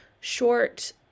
short